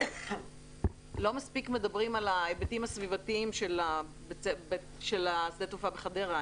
לא מספיק מדברים על ההיבטים הסביבתיים של שדה התעופה בחדרה.